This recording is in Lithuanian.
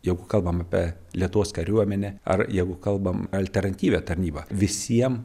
jeigu kalbam apie lietuvos kariuomenę ar jeigu kalbam alternatyvią tarnybą visiem